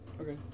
Okay